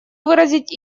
выразить